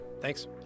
Thanks